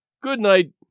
Good-night